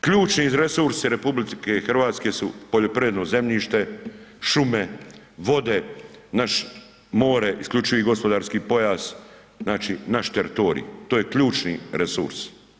Ključni resursi RH su poljoprivredno zemljište, šume, vode, naš more, isključivi gospodarski pojas, znači naš teritorij, to je ključni resurs.